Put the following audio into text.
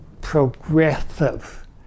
progressive